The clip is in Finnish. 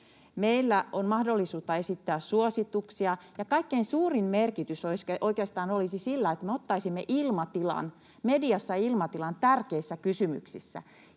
Meillä on mahdollisuus esittää suosituksia, ja kaikkein suurin merkitys oikeastaan olisi sillä, että me ottaisimme mediassa ilmatilan tärkeissä kysymyksissä